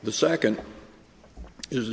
the second is